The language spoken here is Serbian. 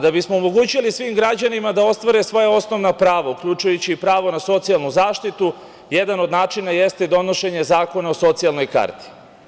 Da bismo omogućili svim građanima da ostvare svoja osnovna prava, uključujući i pravo na socijalnu zaštitu, jedan od načina jeste donošenje Zakona o socijalnoj karti.